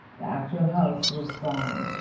the actual house was gone